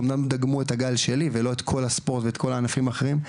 אמנם דגמו את הגל שלי ולא את כל הספורט וכל הענפים האחרים,